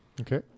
Okay